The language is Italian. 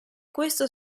questo